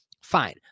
fine